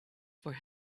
for